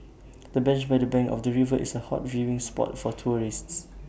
the bench by the bank of the river is A hot viewing spot for tourists